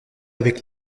avec